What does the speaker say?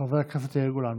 חבר הכנסת יאיר גולן,